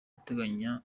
ateganya